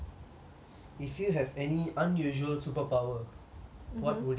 if you have any unusual superpower what would it be